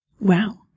Wow